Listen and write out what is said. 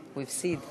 לא, הוא הפסיד.